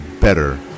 better